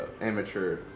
amateur